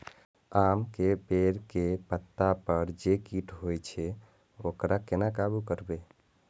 आम के पेड़ के पत्ता पर जे कीट होय छे वकरा केना काबू करबे?